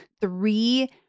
three